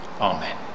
amen